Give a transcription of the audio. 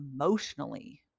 emotionally